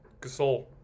Gasol